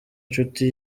inshuti